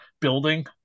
building